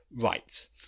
Right